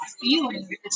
feeling